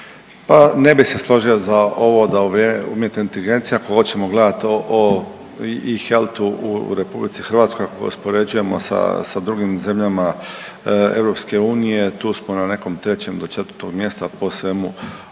Pa ne bih se složio za ovo da u vrijeme umjetne inteligencije ako hoćemo gledati i health u Republici Hrvatskoj ako ga uspoređujemo sa drugim zemljama EU tu smo na nekom trećem do četvrtog mjesta po svemu ovome,